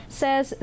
says